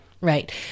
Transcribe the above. Right